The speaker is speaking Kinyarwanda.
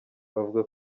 bavuga